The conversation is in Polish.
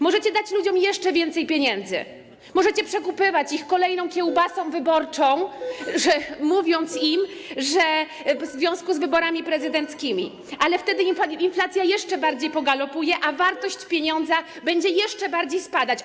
Możecie dać ludziom jeszcze więcej pieniędzy, możecie przekupywać ich kolejną kiełbasą wyborczą w związku z wyborami prezydenckimi, ale wtedy inflacja jeszcze bardziej pogalopuje, a wartość pieniądza będzie jeszcze bardziej spadać.